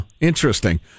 interesting